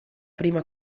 prima